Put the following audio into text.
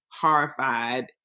horrified